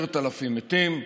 10,000 מתים,